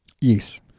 Yes